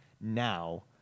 now